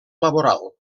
laboral